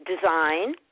design